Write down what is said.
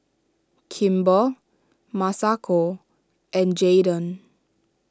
Kimber Masako and Jaeden